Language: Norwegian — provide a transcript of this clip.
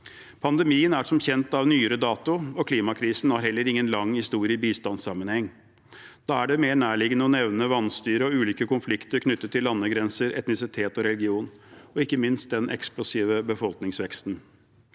Pandemien er som kjent av nyere dato, og klimakrisen har heller ingen lang historie i bistandssammenheng. Da er det mer nærliggende å nevne vanstyre og ulike konflikter knyttet til landegrenser, etnisitet og religion, og ikke minst den eksplosive befolkningsveksten.